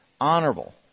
honorable